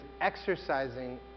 exercising